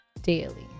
Daily